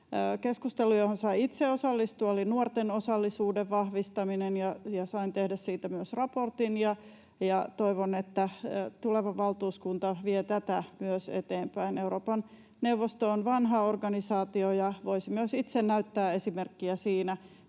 Keskustelu, johon sain itse osallistua, oli nuorten osallisuuden vahvistaminen, ja sain tehdä siitä myös raportin. Toivon, että tuleva valtuuskunta vie tätä myös eteenpäin. Euroopan neuvosto on vanha organisaatio ja voisi myös itse näyttää esimerkkiä siinä,